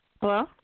Hello